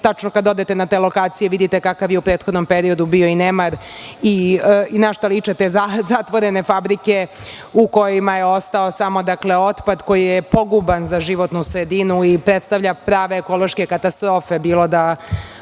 tačno kad odete na te lokacije vidite kakav je u prethodnom periodu bio i nemar i na šta liče te zatvorene fabrike u kojima je ostao samo otpad koji je poguban za životnu sredinu i predstavlja prave ekološke katastrofe, bilo da